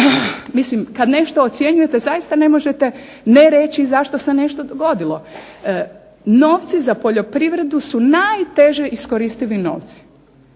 Mislim kad nešto ocjenjujete zaista ne možete ne reći zašto se nešto dogodilo. Novci za poljoprivredu su najteže iskoristivi novci.